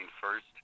first